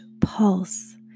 pulse